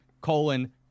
colon